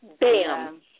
Bam